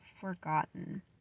forgotten